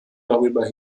darüber